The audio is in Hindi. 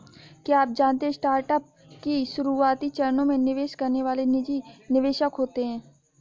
क्या आप जानते है स्टार्टअप के शुरुआती चरणों में निवेश करने वाले निजी निवेशक होते है?